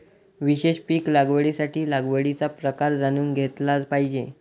विशेष पीक लागवडीसाठी लागवडीचा प्रकार जाणून घेतला पाहिजे